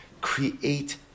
create